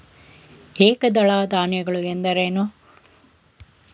ಏಕದಳ ಧಾನ್ಯಗಳು ಎಂದರೇನು?